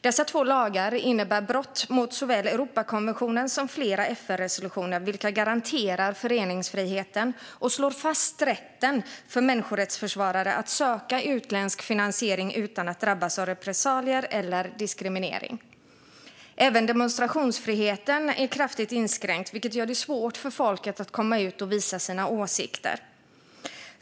Dessa två lagar innebär brott mot såväl Europakonventionen som flera FN-resolutioner vilka garanterar föreningsfriheten och slår fast rätten för människorättsförsvarare att söka utländsk finansiering utan att drabbas av repressalier eller diskriminering. Även demonstrationsfriheten är kraftigt inskränkt, vilket gör det svårt för folket att komma ut och visa sina åsikter.